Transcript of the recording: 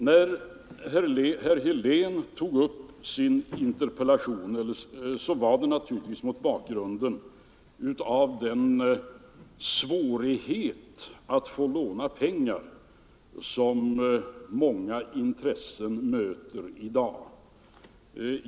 När herr Helén tog upp sin interpellation var det naturligtvis mot bakgrund av den svårighet att få låna pengar som många intressen möter i dag.